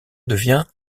devient